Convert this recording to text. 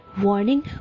Warning